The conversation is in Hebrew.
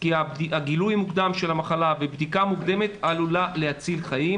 כי הגילוי המוקדם של המחלה ובדיקה מוקדמת עשויה להציל חיים.